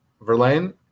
Verlaine